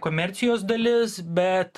komercijos dalis bet